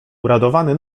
uradowany